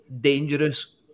dangerous